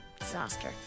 Disaster